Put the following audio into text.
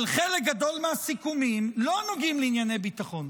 אבל חלק גדול מהסיכומים לא נוגעים לענייני ביטחון,